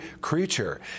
creature